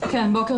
בוקר